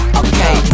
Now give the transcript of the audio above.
okay